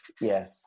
yes